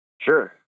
Sure